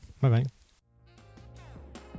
Bye-bye